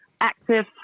active